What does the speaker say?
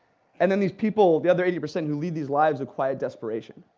and then these people, the other eighty percent who lead these lives of quiet desperation.